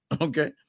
okay